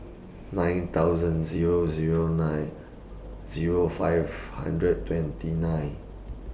nine thousand Zero Zero nine Zero five hundred twenty nine